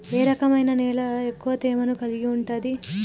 ఏ రకమైన నేల ఎక్కువ తేమను కలిగుంటది?